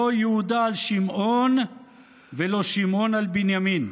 לא יהודה על שמעון ולא שמעון על בנימין'.